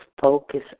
focus